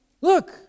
Look